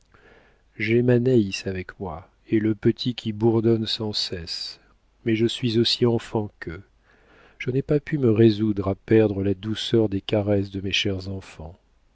j'ai ma naïs avec moi et le petit qui bourdonnent sans cesse mais je suis aussi enfant qu'eux je n'ai pas pu me résoudre à perdre la douceur des caresses de mes chers enfants